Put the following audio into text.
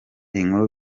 inkuru